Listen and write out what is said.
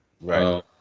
Right